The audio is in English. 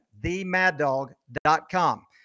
themaddog.com